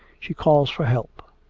she calls for help.